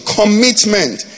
commitment